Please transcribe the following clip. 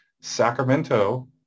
Sacramento